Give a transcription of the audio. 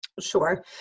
Sure